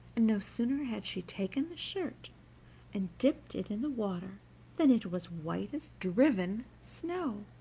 and no sooner had she taken the shirt and dipped it in the water than it was white as driven snow,